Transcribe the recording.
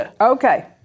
Okay